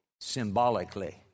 symbolically